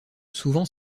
souvent